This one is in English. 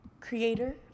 Creator